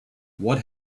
what